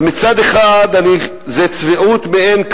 אז מצד אחד זו צביעות מאין כמוה,